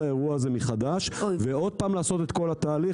האירוע הזה מחדש ועוד פעם לעשות את כל התהליך,